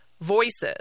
voices